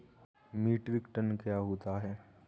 Metric ton क्या होता है?